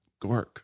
gork